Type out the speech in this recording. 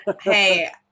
Hey